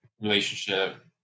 relationship